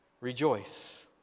Rejoice